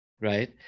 right